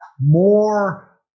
more